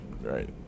Right